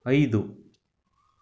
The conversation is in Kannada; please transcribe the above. ಐದು